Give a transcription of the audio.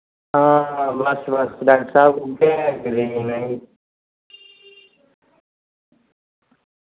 आं बस बस बस डॉक्टर साहब उऐ ई